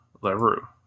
LaRue